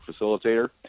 facilitator